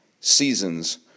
seasons